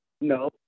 no